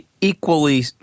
Equally